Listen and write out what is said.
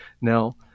Now